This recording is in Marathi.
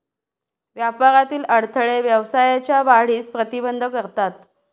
व्यापारातील अडथळे व्यवसायाच्या वाढीस प्रतिबंध करतात